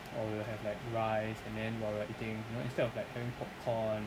or we will have like rice and then while we're eating you know instead of like having popcorn